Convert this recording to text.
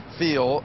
feel